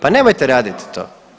Pa nemojte raditi to.